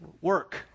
work